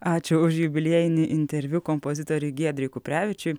ačiū už jubiliejinį interviu kompozitoriui giedriui kuprevičiui